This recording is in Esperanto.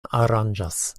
aranĝas